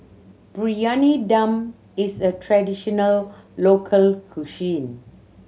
Briyani Dum is a traditional local cuisine